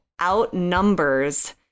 outnumbers